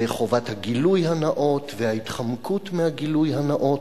וחובת הגילוי הנאות וההתחמקות מהגילוי הנאות.